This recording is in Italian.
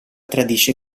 tradisce